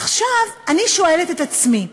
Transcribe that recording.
עכשיו, אני שואלת את עצמי,